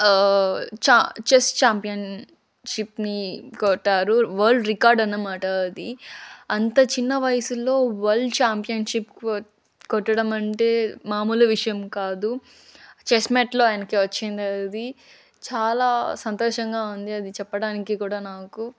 ఛా చెస్ ఛాంపియన్షిప్ని కొట్టారు వరల్డ్ రికార్డ్ అన్నమాట అది అంత చిన్న వయసులో వరల్డ్ ఛాంపియన్షిప్ కొ కొట్టడం అంటే మామూలు విషయం కాదు చెస్మేట్లో ఆయనకి వచ్చింది చాలా సంతోషంగా ఉంది అది చెప్పడానికి కూడా నాకు